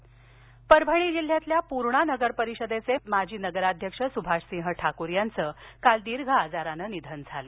निधन परभणी परभणी जिल्ह्यातल्या पूर्णा नगर परिषदेचे माजी नगराध्यक्ष सुभाषसिंह ठाकूर यांचं काल दीर्घ आजारानं निधन झालं